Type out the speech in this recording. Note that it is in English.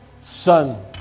son